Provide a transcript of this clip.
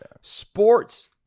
sports